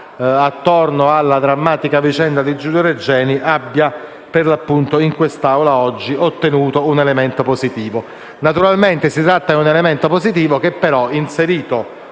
attorno alla drammatica vicenda di Giulio Regeni, abbia ottenuto un elemento positivo. Naturalmente si tratta di un elemento positivo che però, inserito